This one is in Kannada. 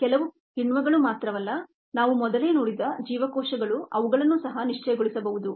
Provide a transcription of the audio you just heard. ಕೇವಲ ಕಿಣ್ವಗಳು ಮಾತ್ರವಲ್ಲ ನಾವು ಮೊದಲೇ ನೋಡಿದ ಜೀವಕೋಶಗಳು ಅವುಗಳನ್ನು ಸಹ ನಿಶ್ಚಲಗೊಳಿಸಬಹುದು